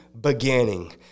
beginning